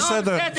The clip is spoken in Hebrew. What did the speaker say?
נו בסדר.